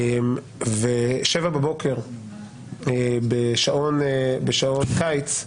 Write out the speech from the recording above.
ושבע בבוקר בשעון קיץ,